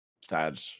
Sad